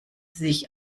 sich